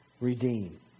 redeem